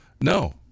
No